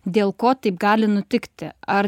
dėl ko taip gali nutikti ar